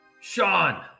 Sean